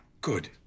Good